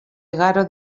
igaro